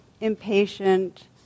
impatient